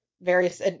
various